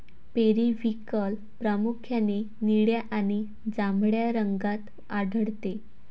periwinkle प्रामुख्याने निळ्या आणि जांभळ्या रंगात आढळते